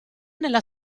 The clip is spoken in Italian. nella